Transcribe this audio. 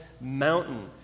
mountain